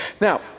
now